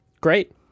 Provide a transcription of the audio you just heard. Great